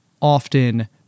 often